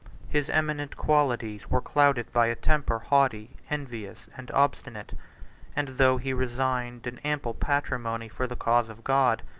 his eminent qualities were clouded by a temper haughty, envious, and obstinate and, though he resigned an ample patrimony for the cause of god,